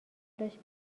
داشت